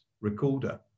recorder